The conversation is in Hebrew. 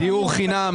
דיור חינם